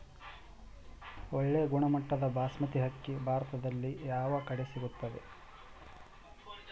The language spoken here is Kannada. ಒಳ್ಳೆ ಗುಣಮಟ್ಟದ ಬಾಸ್ಮತಿ ಅಕ್ಕಿ ಭಾರತದಲ್ಲಿ ಯಾವ ಕಡೆ ಸಿಗುತ್ತದೆ?